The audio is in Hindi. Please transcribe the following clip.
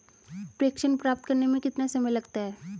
प्रेषण प्राप्त करने में कितना समय लगता है?